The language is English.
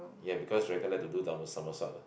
ya because dragon like to do double somersault lah